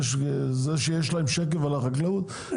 זה שהיה להם שקף על החקלאות,